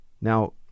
Now